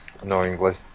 annoyingly